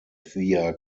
via